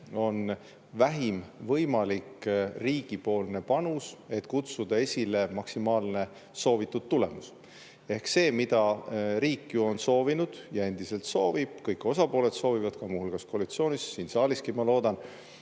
on vähim võimalik riigipoolne panus, et kutsuda esile maksimaalne soovitud tulemus. Ehk see, mida riik on soovinud ja endiselt soovib, kõik osapooled soovivad, muu hulgas koalitsioonis ja siin saaliski, ma loodan,